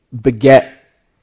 beget